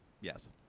Yes